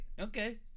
Okay